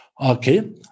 Okay